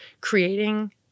creating